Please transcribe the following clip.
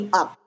up